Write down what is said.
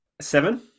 seven